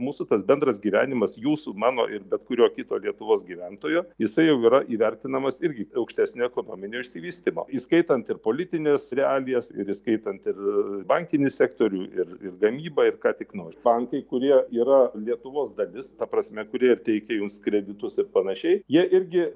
mūsų tas bendras gyvenimas jūsų mano ir bet kurio kito lietuvos gyventojo jisai jau yra įvertinamas irgi aukštesnio ekonominio išsivystymo įskaitant ir politines realijas ir įskaitant ir bankinį sektorių ir ir gamybą ir ką tik nori bankai kurie yra lietuvos dalis ta prasme kurie ir teikia jums kreditus ir panašiai jie irgi